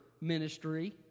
ministry